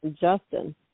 Justin